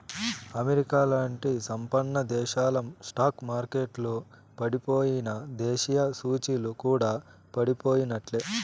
అమెరికాలాంటి సంపన్నదేశాల స్టాక్ మార్కెట్లల పడిపోయెనా, దేశీయ సూచీలు కూడా పడిపోయినట్లే